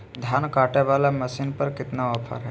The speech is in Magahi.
धान कटे बाला मसीन पर कतना ऑफर हाय?